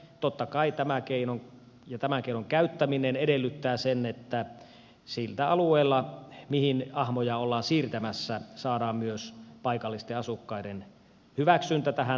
totta kai tämä keino ja tämän keinon käyttäminen edellyttää sitä että sillä alueella mille ahmoja ollaan siirtämässä saadaan myös paikallisten asukkaiden hyväksyntä tähän toimenpiteeseen